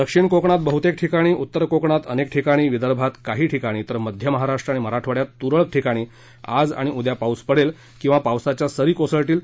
दक्षिण कोकणात बहतेक ठिकाणी उत्तर कोकणात अनेक ठिकाणी विदर्भात काही ठिकाणी तर मध्य महाराष्ट्र आणि मराठवाड़यात तुरळक ठिकाणी आज आणि उद्या पाऊस पडेल किंवा पावसाच्या सरी कोसळतील